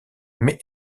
mais